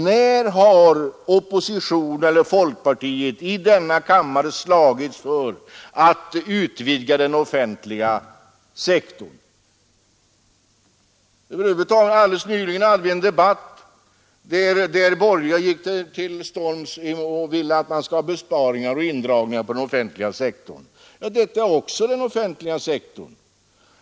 När har folkpartiet i denna kammare slagits för att utvidga den offentliga sektorn? Vi hade alldeles nyss en debatt där de borgerliga gick till storms mot den offentliga sektorn och ville få till stånd besparingar och indragningar där. Detta är en del av den offentliga sektorn.